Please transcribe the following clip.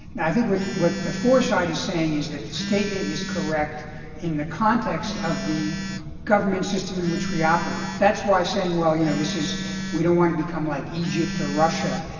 i think what the for side is saying is that the statement is correct in the context of the government system in which we operate. that's why saying, well, you know, this is we don't want to become like egypt or russia,